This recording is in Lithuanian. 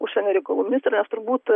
užsienio reikalų ministrą nes turbūt